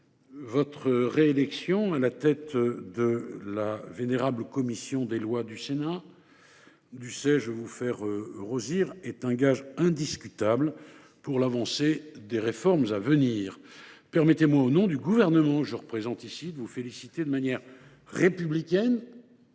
votre réélection à la tête de la vénérable commission des lois du Sénat constitue un gage indiscutable pour l’avancée des réformes à mener. Permettez-moi donc, au nom du Gouvernement que je représente ici, de vous féliciter de manière républicaine,